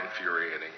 infuriating